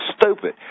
stupid